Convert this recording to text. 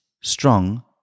strong